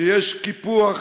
שיש קיפוח